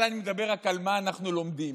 אני מדבר רק על מה אנחנו לומדים,